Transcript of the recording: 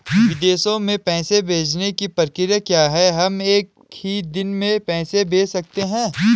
विदेशों में पैसे भेजने की प्रक्रिया क्या है हम एक ही दिन में पैसे भेज सकते हैं?